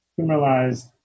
criminalized